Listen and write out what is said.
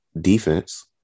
defense